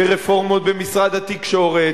ברפורמות במשרד התקשורת,